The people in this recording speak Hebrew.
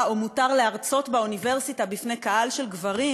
או להרצות באוניברסיטה בפני קהל של גברים,